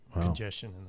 congestion